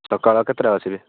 ସକାଳ କେତେଟାକୁ ଆସିବେ